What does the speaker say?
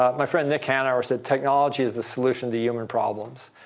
ah my friend nick hanauer said, technology is the solution to human problems.